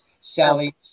Sally